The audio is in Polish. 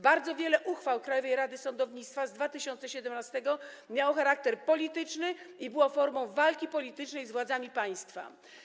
Bardzo wiele uchwał Krajowej Rady Sądownictwa z 2017 r. miało charakter polityczny i było formą walki politycznej z władzami państwa.